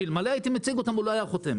שאלמלא הייתי מציג אותם הוא היה חותם.